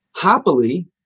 Happily